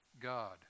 God